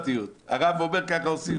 הרב אומר ככה עושים.